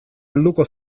helduko